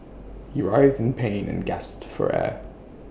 he writhed in pain and gasped for air